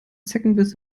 zeckenbiss